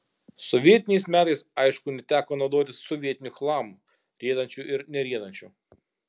sovietiniais metais aišku teko naudotis sovietiniu chlamu riedančiu ir neriedančiu